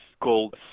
called